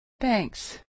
Thanks